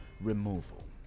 removal